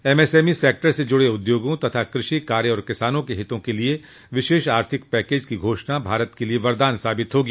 MSME sector से जुड़े उद्योगों कृषि कार्य और किसानों के हितो के लिए विशेष आर्थिक पैकेज की घोषणा भारत के लिए वरदान साबित होगी